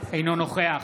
אינו נוכח